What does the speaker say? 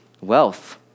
wealth